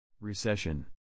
Recession